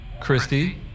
Christy